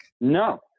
No